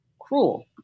cruel